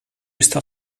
está